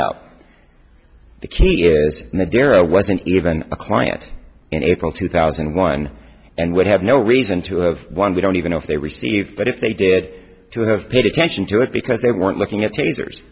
up the key is that there are wasn't even a client in april two thousand and one and would have no reason to have one we don't even know if they received but if they did to have paid attention to it because they weren't looking at tasers